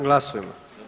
Glasujmo.